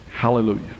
Hallelujah